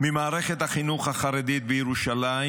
ממערכת החינוך החרדית בירושלים,